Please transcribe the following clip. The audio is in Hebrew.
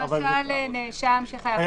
למשל נאשם שנוכחותו נדרשת, עד.